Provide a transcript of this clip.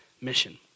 mission